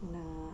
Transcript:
lah